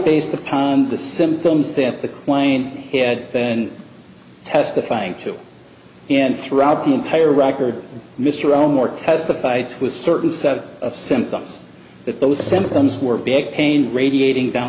based upon the symptoms that the plane had been testifying to and throughout the entire record mr elmore testified to a certain set of symptoms that those symptoms were big pain radiating down